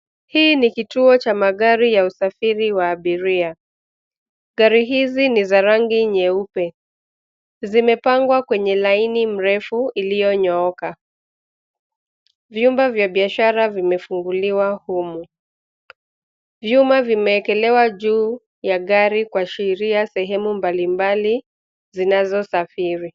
Hii ni kituo cha magari ya usafiri wa abiria. Gari hizi ni za rangi nyeupe. Zimepangwa kwenye laini mrefu iliyonyooka. Vyumba vya biashara vimefunguliwa humu. Vyuma vimewekelewa juu ya gari kuashiria sehemu mbalimbali zinazosafiri.